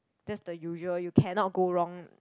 that's the usual you can not go wrong